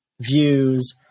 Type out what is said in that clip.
views